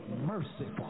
merciful